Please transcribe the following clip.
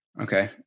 Okay